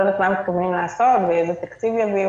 אני לא יודעת מה מתכוונים לעשות ואיזה תקציב יביאו,